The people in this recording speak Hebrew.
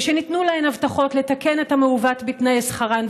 ושניתנו להן הבטחות לתקן את המעוות בתנאי שכרן,